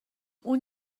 اون